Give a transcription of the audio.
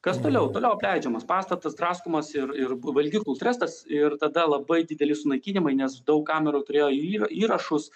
kas toliau toliau apleidžiamas pastatas draskomas ir ir valgyklų trestas ir tada labai dideli sunaikinimai nes daug kamerų turėjo įra įrašus